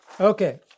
Okay